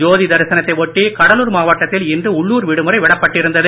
ஜோதி தரிசனத்தை ஒட்டி கடலூர் மாவட்டத்தில் இன்று உள்ளுர் விடுமுறை விடப்பட்டு இருந்தது